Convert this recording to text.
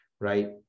right